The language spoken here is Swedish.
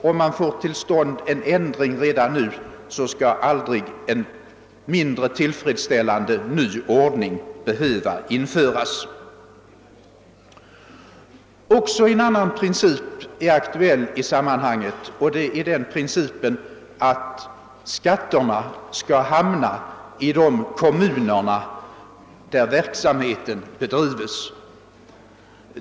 Om man får till stånd en ändring redan nu, kommer en mindre tillfredsställande ordning aldrig att behöva införas. Också en annan princip är aktuell i detta sammanhang, nämligen att skatterna skall hamna i de kommuner där verksamheten bedrives.